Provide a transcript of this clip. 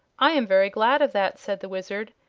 i am very glad of that, said the wizard,